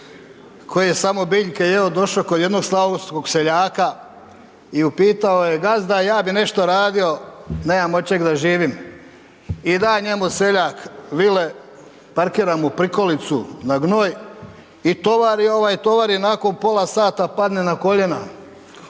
koji je samo biljke jeo došao kod jednog slavonskog seljaka i upitao je, gazda, ja bih nešto radio, nemam od čega da živim. I da njemu seljak vile, parkira mu prikolicu na gnoj. I tovari ovaj, tovari, nakon pola sata padne na koljena